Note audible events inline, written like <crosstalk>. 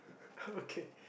<laughs> okay